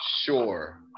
sure